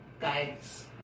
Guides